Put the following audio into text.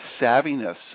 savviness